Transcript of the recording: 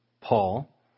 Paul